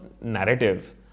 narrative